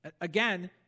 Again